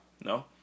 No